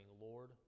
Lord